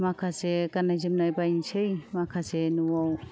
माखासे गाननाय जोमनाय बायसै माखासे न'आव